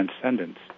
Transcendence